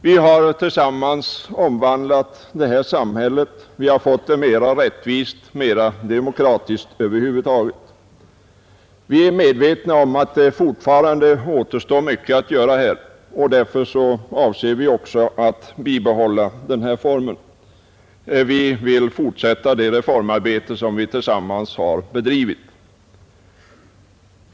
Vi har tillsammans omvandlat det här samhället, vi har fått det mera rättvist, mera demokratiskt över huvud taget. Vi är medvetna om att det återstår mycket att göra, och därför avser vi också att bibehålla denna samverkan. Vi vill fortsätta det reformarbete som vi tillsammans har påbörjat.